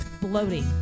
bloating